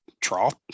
trough